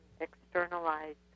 externalized